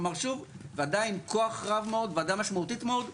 כלומר שוב זה עדיין כוח רב מאוד וועדה משמעותית מאוד,